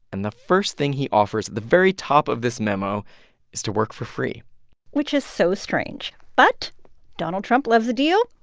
and the first thing he offers at the very top of this memo is to work for free which is so strange. but donald trump loves the deal.